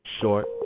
short